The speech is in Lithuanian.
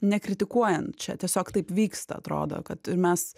nekritikuojant čia tiesiog taip vyksta atrodo kad ir mes